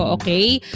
okay?